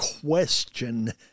question